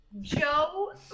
Joe